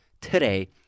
Today